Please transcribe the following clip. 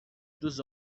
dos